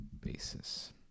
basis